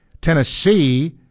Tennessee